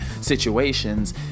situations